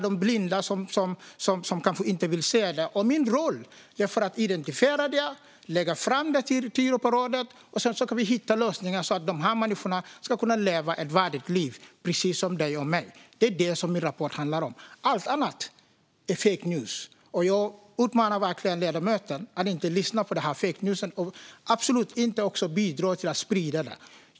De som kanske inte vill se det är bara blinda. Min roll är att identifiera detta och lägga fram det inför Europarådet så att vi kan hitta lösningar för att dessa människor ska kunna leva ett värdigt liv, precis som du och jag. Det är det här min rapport handlar om. Allt annat är fake news. Jag uppmanar verkligen ledamoten att inte lyssna till dessa fake news och absolut inte bidra till att sprida det här.